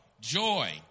joy